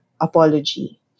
apology